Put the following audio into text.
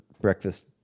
breakfast